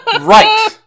Right